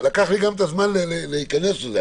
לקח לי זמן להיכנס לזה.